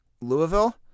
Louisville